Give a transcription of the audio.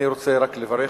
אני רוצה רק לברך.